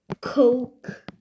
Coke